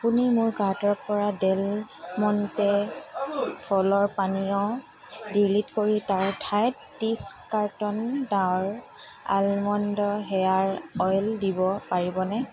আপুনি মোৰ কাৰ্টৰ পৰা ডেল মণ্টে ফলৰ পানীয় ডিলিট কৰি তাৰ ঠাইত ত্ৰিছ carton Dabur almond hair oil দিব পাৰিবনে